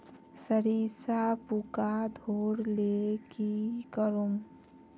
सरिसा पूका धोर ले की करूम?